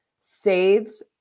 Saves